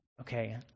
okay